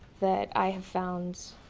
that i have found